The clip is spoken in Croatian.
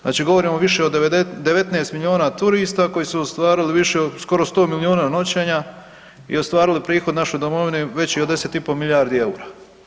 Znači govorimo o više od 19 milijuna turista koji su ostvarili više, skoro sto milijuna noćenja i ostvarili prihod našoj domovini veći od 10 i pol milijardi eura.